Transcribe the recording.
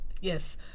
yes